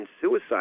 suicide